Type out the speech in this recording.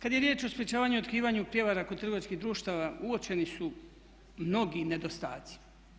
Kad je riječ o sprječavanju i otkrivanju prijevara kod trgovačkih društava uočeni su mnogi nedostaci.